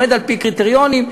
על-פי קריטריונים.